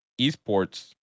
esports